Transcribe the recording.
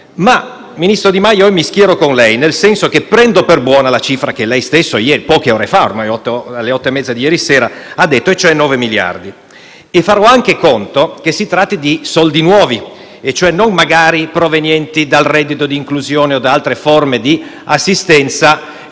Ma, ministro Di Maio, io mi schiero con lei, nel senso che prendo per buona la cifra che lei stesso, poche ore fa, alle 20,30 di ieri, ha detto: 9 miliardi. E farò anche conto che si tratti di soldi nuovi, e cioè non magari provenienti dal reddito di inclusione o da altre forme di assistenza, altrimenti